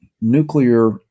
nuclear